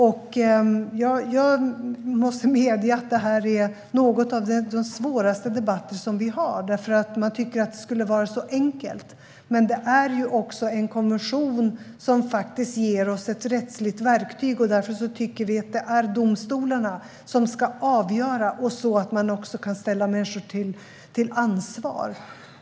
Jag måste medge att detta är en av de svåraste debatter vi har, för man tycker att det skulle vara så enkelt. Det är dock en konvention som faktiskt ger oss ett rättsligt verktyg, och därför tycker vi att det är domstolarna som ska avgöra så att vi också kan ställa människor till ansvar.